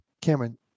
cameron